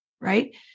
Right